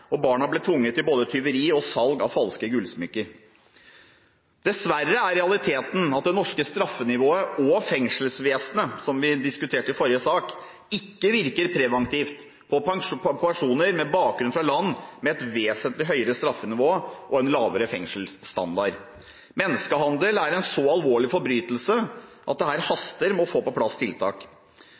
og barna ble tvunget til både tyveri og salg av falske gullsmykker. Dessverre er realiteten at det norske straffenivået og fengselsvesenet – som vi diskuterte i forrige sak – ikke virker preventivt på personer med bakgrunn fra land med et vesentlig høyere straffenivå og en lavere fengselsstandard. Menneskehandel er en så alvorlig forbrytelse at det haster å få på plass tiltak.